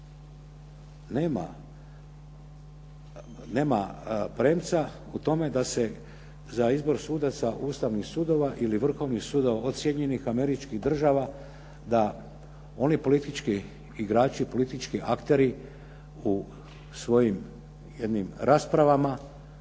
nema premca u tome da se za izbor sudaca ustavnih sudova ili vrhovnih sudova od Sjedinjenih Američkih Država da oni politički igrači, politički akteri u svojim jednim raspravama